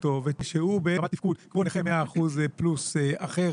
ותראה שהוא באמת תפקוד כמו נכה 100% פלוס אחר